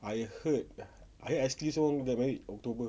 I heard I heard estee also want to get married october